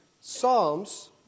Psalms